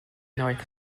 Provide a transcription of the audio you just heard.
north